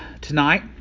tonight